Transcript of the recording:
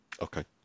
Okay